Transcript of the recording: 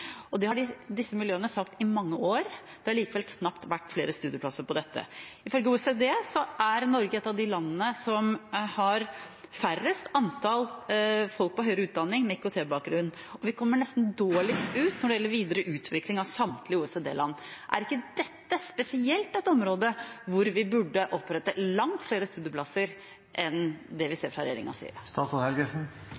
og det har disse miljøene sagt i mange år. Det har likevel knapt vært flere studieplasser på dette. Ifølge OECD er Norge et av de landene som har færrest antall folk på høyere utdanning med IKT-bakgrunn, og vi kommer nesten dårligst ut av samtlige OECD-land når det gjelder videre utvikling. Er ikke dette spesielt et område hvor vi burde opprette langt flere studieplasser enn det vi